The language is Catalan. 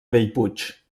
bellpuig